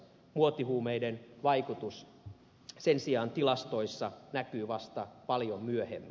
muotihuumeiden vaikutus sen sijaan tilastoissa näkyy vasta paljon myöhemmin